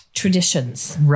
Traditions